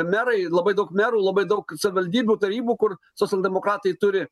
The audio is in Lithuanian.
merai labai daug merų labai daug savivaldybių tarybų kur socialdemokratai turi